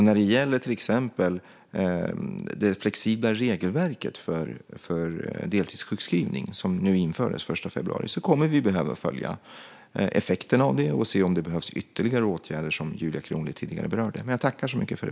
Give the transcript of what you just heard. När det gäller till exempel det flexibla regelverket för deltidssjukskrivning, som infördes den 1 februari, kommer vi att behöva följa effekterna av det och se om det behövs ytterligare åtgärder, som Julia Kronlid tidigare berörde.